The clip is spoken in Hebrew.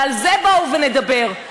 ועל זה בואו ונדבר.